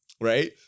right